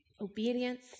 Obedience